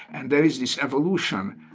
and there is this evolution,